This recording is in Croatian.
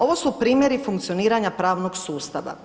Ovo su primjeri funkcioniranja pravnog sustava.